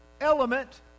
element